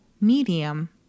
Medium